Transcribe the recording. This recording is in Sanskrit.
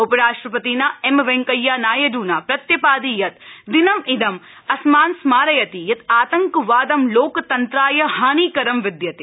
उपराष्ट्रपतिना एम् वैंकेय्या नायड्ना प्रत्यपादि यत् दिनमिदं अस्मान् स्मारयति यत् आतंकवादं लोकतन्त्राय हानिकरं विद्यते